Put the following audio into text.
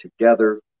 together